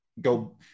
go